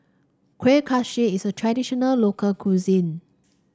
Kueh Kaswi is a traditional local cuisine